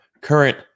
current